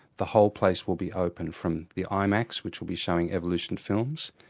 the whole place will be open, from the imax which will be showing evolution films.